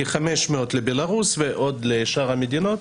כ-500 לבלרוס ועוד לשאר המדינות,